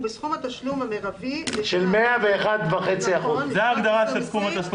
הוא בסכום התשלום המרבי לשנת 2020 לפחות." סעיף